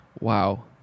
Wow